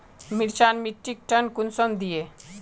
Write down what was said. मिर्चान मिट्टीक टन कुंसम दिए?